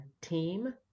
team